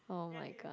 oh-my-god